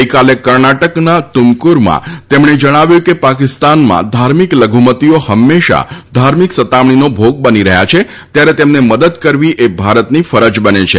ગઈકાલે કર્ણાટકના ટુમકુરૂમાં તેમણે જણાવ્યું હતું કે પાકિસ્તાનમાં ધાર્મિક લધુમતીઓ હંમેશા ધાર્મિક સતામણીનો ભોગ બની રહ્યા છે ત્યારે તેમને મદદ કરવી એ ભારતની ફરજ બને છે